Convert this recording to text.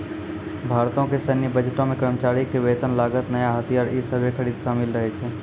भारतो के सैन्य बजटो मे कर्मचारी के वेतन, लागत, नया हथियार इ सभे के खरीद शामिल रहै छै